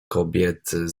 kobiety